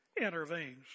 intervenes